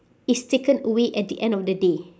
is taken away at the end of the day